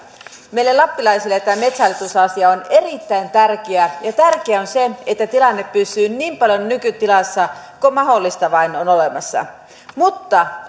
meille lappilaisille tämä metsähallitus asia on erittäin tärkeä ja tärkeää on se että tilanne pysyy niin paljon nykytilassa kuin mahdollista vain on olemassa mutta